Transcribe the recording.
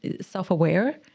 self-aware